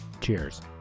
Cheers